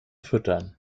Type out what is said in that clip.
füttern